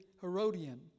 Herodian